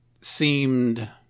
seemed